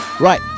Right